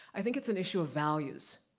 i think it's an issue of values.